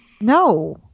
No